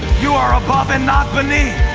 you are above and not beneath.